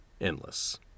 endless